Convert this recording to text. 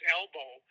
elbow